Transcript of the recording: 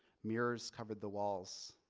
mirrors covered the walls,